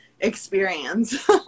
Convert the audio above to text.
experience